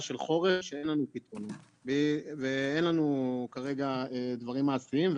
של חורף שאין לנו פתרונות ואין לנו כרגע דברים מעשיים.